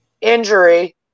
injury